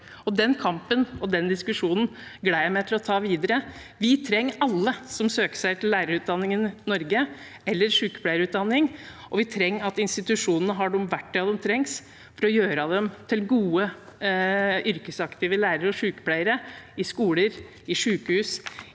Den kampen og den diskusjonen gleder jeg meg til å ta videre. Vi trenger alle som søker seg til lærerutdanning eller sykepleierutdanning i Norge, og vi trenger at institusjonene har de verktøyene som trengs for å gjøre dem til gode, yrkesaktive lærere og sykepleiere i skoler, sykehus,